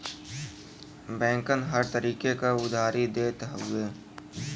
बैंकन हर तरीके क उधारी देत हउए